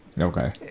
Okay